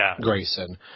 Grayson